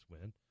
win